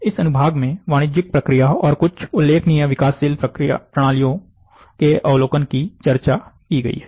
इस अनुभाग में वाणिज्यिक प्रक्रिया और कुछ उल्लेखनीय विकासशील प्रणालियों के अवलोकन की चर्चा इस खंड में की गई है